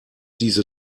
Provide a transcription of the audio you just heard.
diese